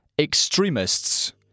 extremists